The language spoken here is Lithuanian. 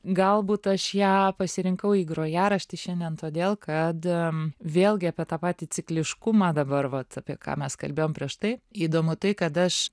galbūt aš ją pasirinkau į grojaraštį šiandien todėl kad vėlgi apie tą patį cikliškumą dabar vat apie ką mes kalbėjom prieš tai įdomu tai kad aš